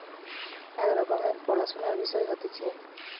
এক রকমের পড়াশুনার বিষয় হতিছে